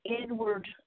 inward